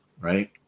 right